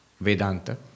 Vedanta